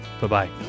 Bye-bye